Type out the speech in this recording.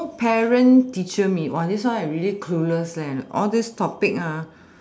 so parent teachers meet this one I really clueless leh all these topics ah